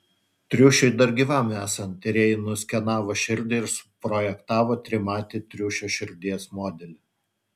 triušiui dar gyvam esant tyrėjai nuskenavo širdį ir suprojektavo trimatį triušio širdies modelį